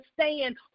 understand